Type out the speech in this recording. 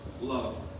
love